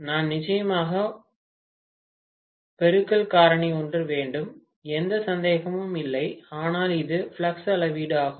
நான் நிச்சயமாக ஒரு வேண்டும் பெருக்கல் காரணி எந்த சந்தேகமும் இல்லை ஆனால் இது ஃப்ளக்ஸ் அளவீடு ஆகும்